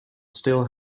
still